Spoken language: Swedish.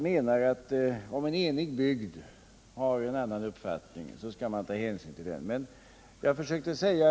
Om befolkningen i en bygd har en annan och enhällig uppfattning, så skall man ta hänsyn till den, menar Karl Erik Eriksson.